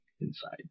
inside